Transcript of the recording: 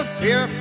fear